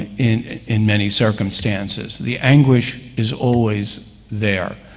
in in many circumstances the anguish is always there.